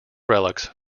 relics